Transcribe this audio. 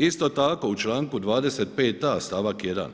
Isto tako u članku 25a. stavak 1.